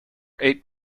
eight